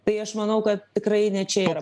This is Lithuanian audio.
tai aš manau kad tikrai ne čia yra